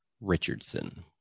Richardson